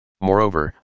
Moreover